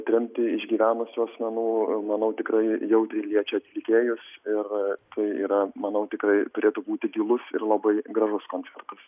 tremtį išgyvenusių asmenų manau tikrai jautriai liečia atlikėjus ir tai yra manau tikrai turėtų būti gilus ir labai gražus koncertas